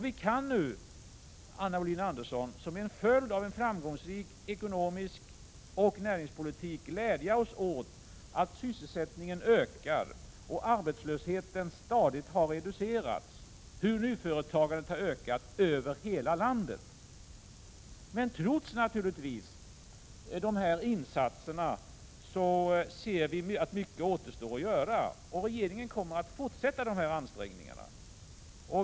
Vi kan nu, Anna Wohlin-Andersson, som en TESRROESPONESIAuI svar följd av en framgångsrik ekonomisk politik och näringspolitik glädja oss åt att sysselsättningen ökar, att arbetslösheten stadigt har reducerats och att nyföretagandet har ökat över hela landet. Men trots dessa insatser ser vi naturligtvis att mycket återstår att göra. Och regeringen kommer att fortsätta dessa ansträngningar.